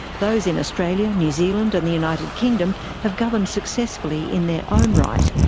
those in australia, new zealand and the united kingdom have governed successfully in their own right,